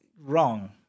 wrong